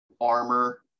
armor